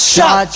Shot